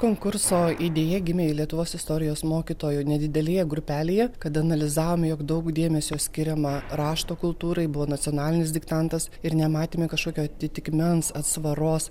konkurso idėja gimė lietuvos istorijos mokytojų nedidelėje grupelėje kada analizavome jog daug dėmesio skiriama rašto kultūrai buvo nacionalinis diktantas ir nematėme kažkokio atitikmens atsvaros